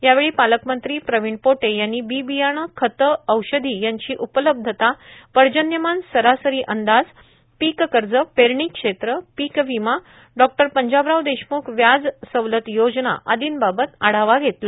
यावेळी पालकमंत्री प्रविण पोटे यांनी बी बियाणे खतं औषधी यांची उपलब्धतात पर्जन्यमान सरासरी अंदाज पीक कर्ज पेरणी क्षेत्र पीक विमा डॉ पंजाबराव देशम्ख व्याज सवलत योजना आर्दीबाबत आढावा घेतला